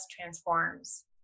transforms